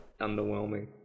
underwhelming